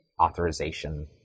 authorization